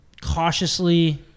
cautiously